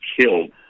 killed